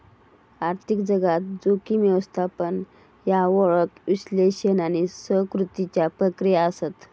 आर्थिक जगात, जोखीम व्यवस्थापन ह्या ओळख, विश्लेषण आणि स्वीकृतीच्या प्रक्रिया आसत